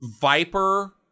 viper